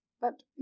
but